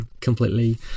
completely